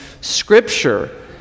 scripture